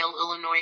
Illinois